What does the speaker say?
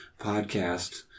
podcast